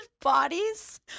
bodies